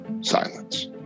silence